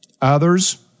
Others